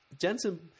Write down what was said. Jensen